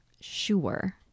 Sure